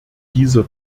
dieser